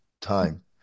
time